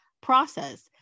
process